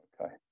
Okay